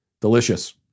Delicious